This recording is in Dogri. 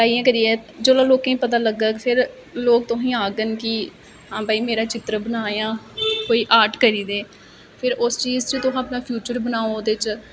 ताहियैं करियै जिसले लोकें गी पता लग्गग फिर लोक तुसेंगी आक्खङन कि हां भाई मेरा चित्र बना जां कोई आर्ट करी दे फिर उस चीज च तुस अपना फिउचर बनाओ ओहदे च